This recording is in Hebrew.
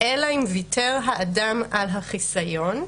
אלא אם ויתר האדם על החיסיון.